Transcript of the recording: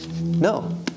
no